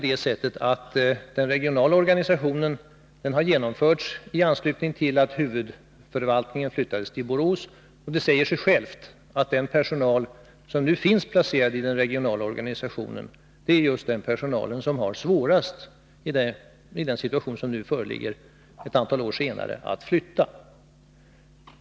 Den regionala organisationen har i själva verket byggts upp i anslutning till att huvudförvaltningen flyttades till Borås. Det säger sig självt att den personal som nu finns placerad i den regionala organisationen är just den personal som har det svårast — i den situation som nu föreligger, ett antal år senare — att flytta.